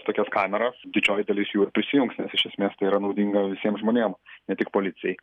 tokias kameras didžioji dalis jų ir prisijungs nes iš esmės tai yra naudinga visiem žmonėm ne tik policijai